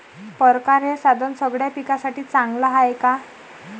परकारं हे साधन सगळ्या पिकासाठी चांगलं हाये का?